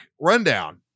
rundown